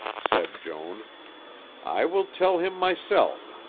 said joan i will tell him myself.